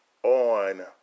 On